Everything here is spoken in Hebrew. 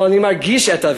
אבל אני מרגיש את אבי,